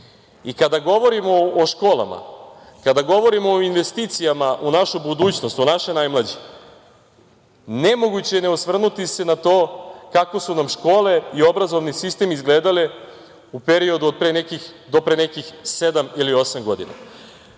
govorimo o školama, kada govorimo o investicijama u našu budućnost, u naše najmlađe, nemoguće je ne osvrnuti se na to kako su nam škole i obrazovni sistem izgledale u periodu do pre nekih sedam ili osam godina. Ja